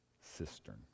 cistern